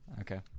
Okay